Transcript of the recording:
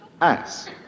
Ass